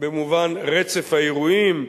במובן רצף האירועים,